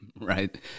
right